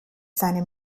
seine